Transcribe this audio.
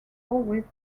always